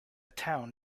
town